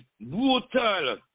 brutal